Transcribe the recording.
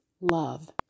love